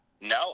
no